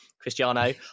Cristiano